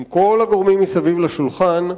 עם כל הגורמים מסביב לשולחן,